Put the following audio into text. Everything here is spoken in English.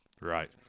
Right